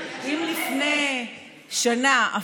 אם לפני שנה,